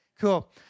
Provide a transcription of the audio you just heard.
Cool